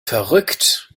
verrückt